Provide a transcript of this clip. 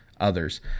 others